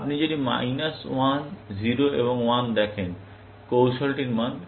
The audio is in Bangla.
আপনি যদি মাইনাস 1 0 এবং 1 দেখেন কৌশলটির মান 0